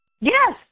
Yes